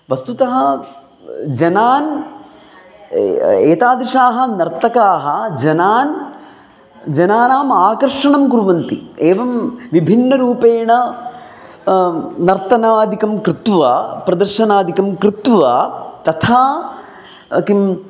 वस्तुतः जनान् एतादृशाः नर्तकाः जनान् जनानाम् आकर्षणं कुर्वन्ति एवं विभिन्नरूपेण नर्तनादिकं कृत्वा प्रदर्शनादिकं कृत्वा तथा किम्